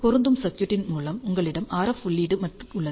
பொருந்தும் சர்க்யூட்டின் மூலம் உங்களிடம் RF உள்ளீடு உள்ளது